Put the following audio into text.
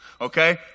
Okay